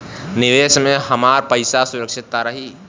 निवेश में हमार पईसा सुरक्षित त रही?